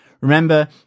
Remember